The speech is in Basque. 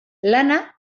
lana